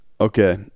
Okay